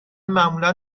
معمولا